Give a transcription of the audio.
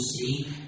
see